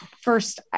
first